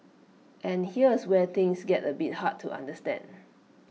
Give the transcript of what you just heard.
and here's A where things get A bit hard to understand